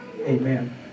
Amen